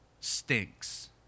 stinks